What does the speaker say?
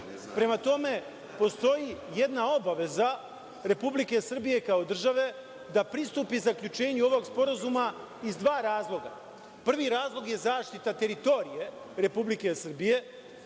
cilj. Prema tome, postoji jedna obaveza Republike Srbije, kao države da pristupi zaključenju ovog sporazuma iz dva razloga. Prvi razlog je zaštita teritorije Republike Srbije